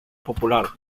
popular